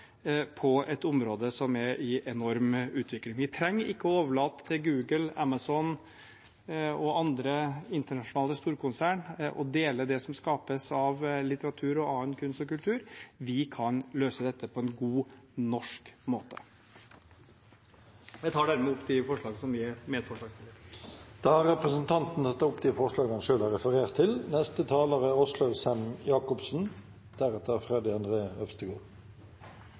på et område som er i enorm utvikling. Vi trenger ikke å overlate til Google, Amazon og andre internasjonale storkonsern å dele det som skapes av litteratur og annen kunst og kultur, vi kan løse dette på en god, norsk måte. Jeg tar dermed opp de forslag som vi er medforslagsstillere til. Representanten Trond Giske har tatt opp de forslagene han refererte til. Bøker og biblioteker er en fantastisk kilde til